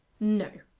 no,